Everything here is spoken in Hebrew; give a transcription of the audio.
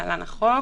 (להלן החוק),